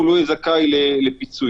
לא יהיה זכאי לפיצוי.